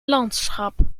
landschap